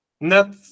net